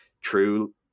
true